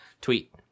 tweet